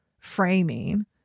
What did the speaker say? framing